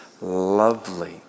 lovely